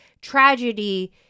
tragedy